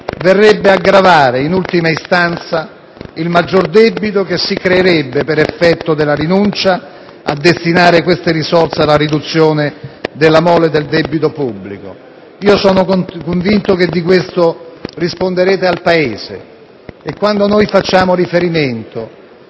verrebbe a gravare, in ultima istanza, il maggior debito che si creerebbe per effetto della rinuncia a destinare queste risorse alla riduzione della mole del debito pubblico. Sono convinto che di questo il Governo risponderà al Paese. Noi pensiamo ad